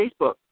Facebook